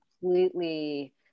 completely